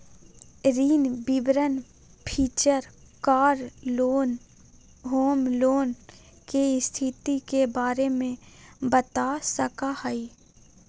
ऋण विवरण feature car loan, home loan, के स्थिति के बारे में बता सका हइ